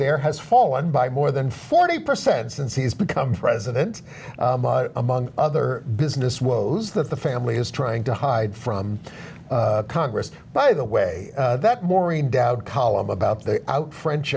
there has fallen by more than forty percent since he's become president among other business woes that the family is trying to hide from congress by the way that maureen dowd column about the french